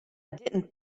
didn’t